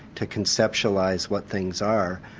to conceptualise what things are,